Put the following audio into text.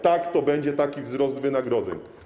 Tak, to będzie taki wzrost wynagrodzeń.